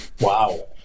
Wow